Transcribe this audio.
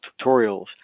tutorials